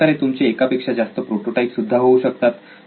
अशाप्रकारे तुमचे एकापेक्षा जास्त प्रोटोटाईप सुद्धा होऊ शकतात